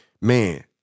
man